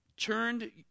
Turned